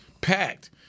packed